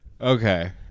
Okay